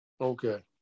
Okay